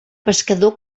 pescador